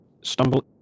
stumble